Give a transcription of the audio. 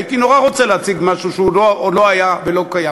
הייתי נורא רוצה להציג משהו שעוד לא היה ולא קיים,